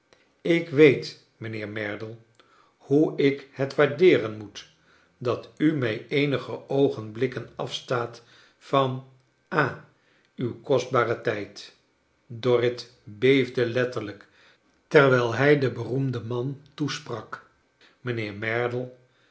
ik weet mijnheer merdle hoe ik het waardeeren moet fdat u mij eenige oogenblikken afstaat van ha uw kostbaren tijd dorrit beefde letterlijk terwijl hij den beroemden man toesprak mijnheer merdle